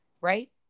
right